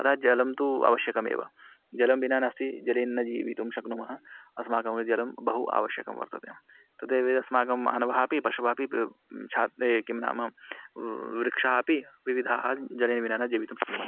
अतः जलं तु आवश्यकमेव जलं विना नास्ति जलेन जीवितुं शक्नुमः अस्माकं जलं बहु आवश्यकं वर्तते तदेवे अस्माकं मानवः अपि पशवः अपि किं नाम वृक्षाः अपि विविधाः जलेन विना न जीवितुं शक्नुवन्ति